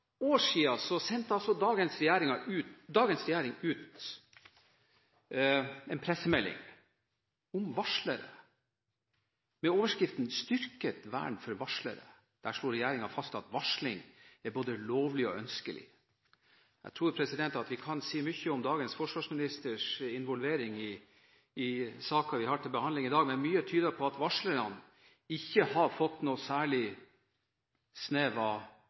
år siden sendte dagens regjering ut en pressemelding om varslere. Overskriften var: «Styrket vern for varslere». Regjeringen slo fast at varsling «er både lovlig og ønskelig». Jeg tror vi kan si mye om dagens forsvarsministers involvering i saken vi har til behandling i dag, men mye tyder på at varslerne ikke har fått noe særlig